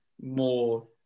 more